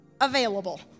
Available